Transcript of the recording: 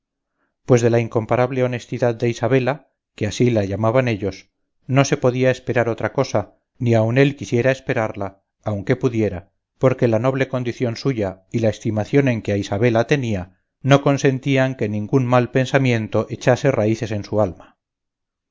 pues de la incomparable honestidad de isabela que así la llamaban ellos no se podía esperar otra cosa ni aun él quisiera esperarla aunque pudiera porque la noble condición suya y la estimación en que a isabela tenía no consentían que ningún mal pensamiento echase raíces en su alma